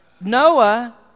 Noah